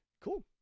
Cool